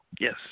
Yes